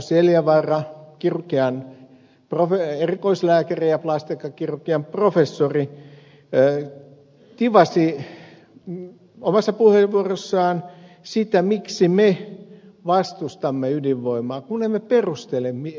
asko seljavaara kirurgian erikoislääkäri ja plastiikkakirurgian professori tivasi omassa puheenvuorossaan sitä miksi me vastustamme ydinvoimaa kun emme perustele syytä